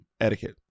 etiquette